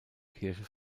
kirche